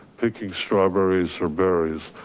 picking strawberries or berries,